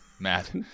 Matt